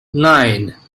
nine